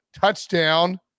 touchdown